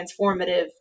transformative